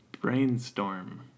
Brainstorm